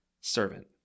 servant